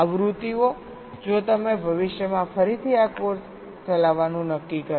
આવૃત્તિઓ જો તમે ભવિષ્યમાં ફરીથી આ કોર્સ ચલાવવાનું નક્કી કરો